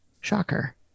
shocker